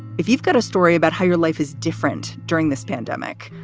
if you've got a story about how your life is different during this pandemic,